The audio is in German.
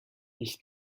ich